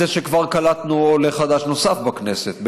את זה שכבר קלטנו עולה חדש נוסף בכנסת,